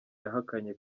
yahakanye